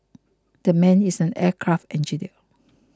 that man is an aircraft engineer